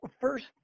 first